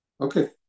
Okay